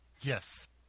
Yes